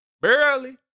barely